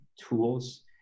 tools